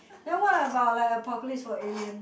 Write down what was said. then what about like apocalypse for alien